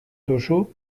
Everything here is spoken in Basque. duzu